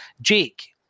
Jake